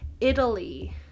Italy